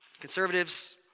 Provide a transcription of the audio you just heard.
Conservatives